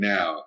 Now